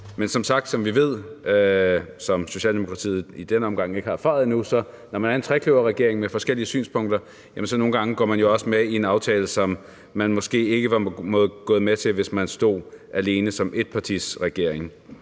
Men som sagt ved vi – hvilket Socialdemokratiet i denne omgang ikke har erfaret endnu – at når man er en trekløverregering med forskellige synspunkter, går man nogle gange med i en aftale, som man måske ikke var gået med i, hvis man stod alene som en etpartiregering.